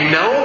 no